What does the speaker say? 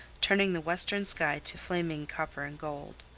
turning the western sky to flaming copper and gold.